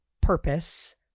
purpose